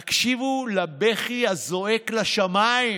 תקשיבו לבכי הזועק לשמיים,